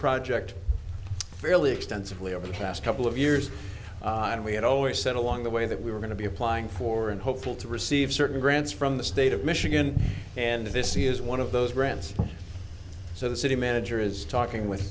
project fairly extensively over the past couple of years and we had always said along the way that we were going to be applying for and hopefully to receive certain grants from the state of michigan and this is one of those grants so the city manager is talking with